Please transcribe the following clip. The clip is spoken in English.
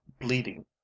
bleeding